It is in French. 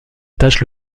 tâche